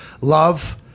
love –